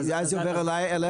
אז זה עובר אליכם?